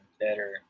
better